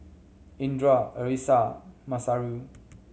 Indra Alyssa Masayu